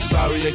Sorry